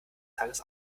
tages